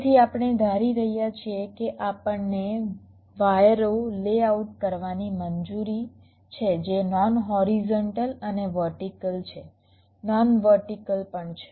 તેથી આપણે ધારી રહ્યા છીએ કે આપણને વાયરો લેઆઉટ કરવાની મંજૂરી છે જે નોન હોરિઝોન્ટલ અને વર્ટિકલ છે નોન વર્ટિકલ પણ છે